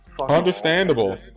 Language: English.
Understandable